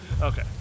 Okay